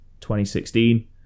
2016